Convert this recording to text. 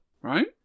right